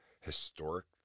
historic